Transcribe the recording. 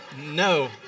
no